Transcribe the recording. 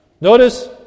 Notice